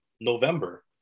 November